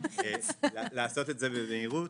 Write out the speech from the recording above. לעשות את זה במהירות.